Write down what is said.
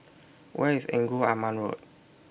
Where IS Engku Aman Road